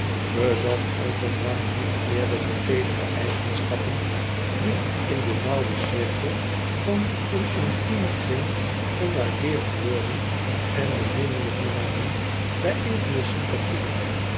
bezat othomar niet eerder de teedere eigenschappen die in den nauwen cirkel van een intiemen kring gewaardeerd worden en beminnelijk maken bij enkele sympathieken